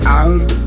out